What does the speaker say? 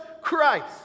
Christ